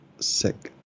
sick